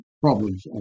problems